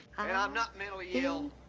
i mean i'm not mentally ill